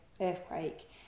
earthquake